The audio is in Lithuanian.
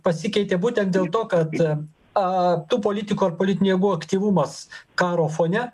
pasikeitė būtent dėl to kad a tų politikų ar politinių jėgų aktyvumas karo fone